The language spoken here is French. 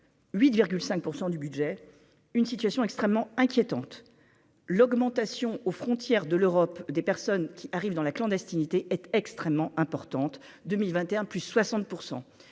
100 du budget, une situation extrêmement inquiétante, l'augmentation aux frontières de l'Europe des personnes qui arrivent dans la clandestinité, est extrêmement importante, 2021 plus 60